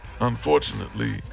unfortunately